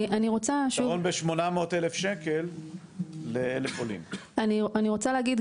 ב-800,000 שקל ל- -- אני רוצה להגיד,